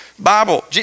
Bible